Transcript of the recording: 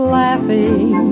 laughing